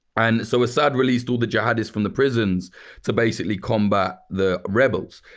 and so assad released all the jihadists from the prisons to basically combat the rebels.